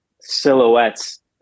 Silhouettes